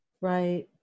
Right